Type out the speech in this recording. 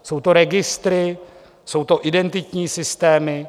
Jsou to registry, jsou to identitní systémy.